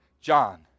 John